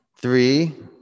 three